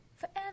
Forever